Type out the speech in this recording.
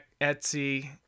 Etsy